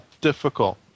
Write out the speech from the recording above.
difficult